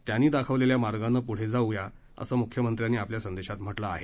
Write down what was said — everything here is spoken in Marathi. त्यांनी दाखवलेल्या मार्गानं पूढे जाऊ याअसं मृख्यमंत्र्यांनी आपल्या संदेशात म्हटलं आहे